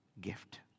gift